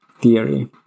theory